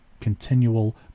continual